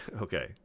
Okay